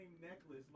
necklace